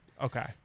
Okay